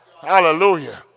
Hallelujah